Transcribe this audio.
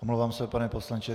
Omlouvám se, pane poslanče.